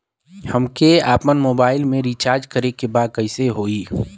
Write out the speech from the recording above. हमके आपन मोबाइल मे रिचार्ज करे के बा कैसे होई?